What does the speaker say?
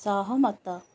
ସହମତ